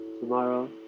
Tomorrow